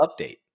update